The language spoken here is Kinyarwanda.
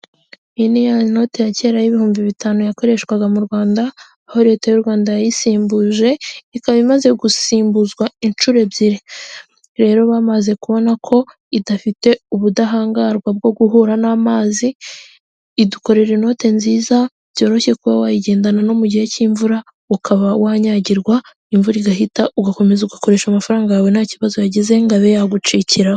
Iyi niyo ni noti ya kera y' ibihumbi bitanu yakoreshwaga mu Rwanda aho leta y'u Rwanda yayisimbuje ikaba imaze gusimbuzwa inshuro ebyiri, rero bamaze kubona ko idafite ubudahangarwa bwo guhura n'amazi idukorera inote nziza byoroshye kuba wayigendana no mu gihe cy'imvura ukaba wanyagirwa, imvura igahita ugakomeza ugakoresha amafaranga yawe ntakibazo yagize ngo abe yagucikiraho.